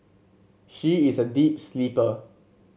she is a deep sleeper